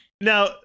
Now